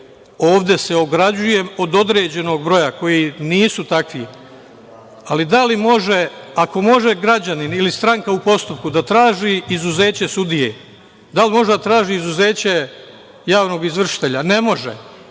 se ograđujem od određenog broja koji nisu takvi, ali da li može, ako može građanin ili stranka u postupku da traži izuzeće sudije, da li može da traži izuzeće javnog izvršitelja? Ne može.